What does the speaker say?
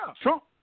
Trump